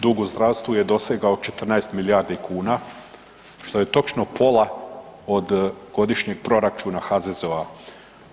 Dug u zdravstvu je dosegao 14 milijardi kn, što je točno pola od godišnjeg proračuna HZZO-a.